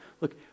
look